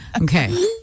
Okay